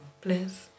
please